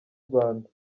rwanda